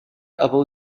above